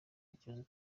kibazo